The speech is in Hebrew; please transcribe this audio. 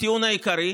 הטיעון העיקרי?